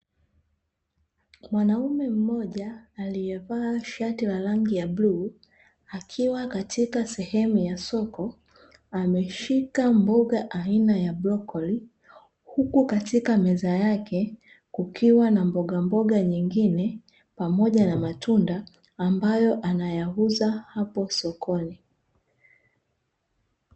Mwanaume mmoja aliyevaa shati la rangi ya bluu akiwa katika sehemu ya soko ameshika mboga aina ya brokoli, huku katika meza yake kukiwa na mbogamboga nyingine pamoja na matunda ambayo anayauza hapo sokoni .